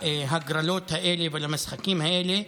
להגרלות האלה ולמשחקים האלה,